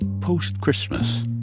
post-Christmas